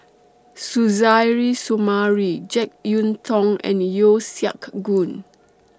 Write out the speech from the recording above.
Suzairhe Sumari Jek Yeun Thong and Yeo Siak Goon